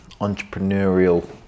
entrepreneurial